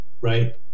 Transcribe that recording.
right